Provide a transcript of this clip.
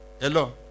Hello